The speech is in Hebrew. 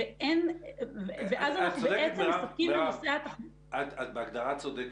אז אנחנו בעצם מסתפקים ב- -- את בהגדרה צודקת,